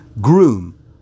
groom